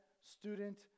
student